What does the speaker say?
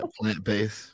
plant-based